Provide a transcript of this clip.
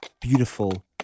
Beautiful